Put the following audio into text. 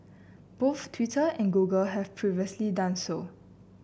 both Twitter and Google have previously done so